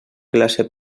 classe